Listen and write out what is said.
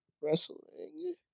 Wrestling